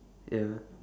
ya